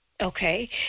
Okay